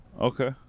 Okay